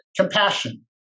Compassion